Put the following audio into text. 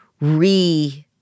re-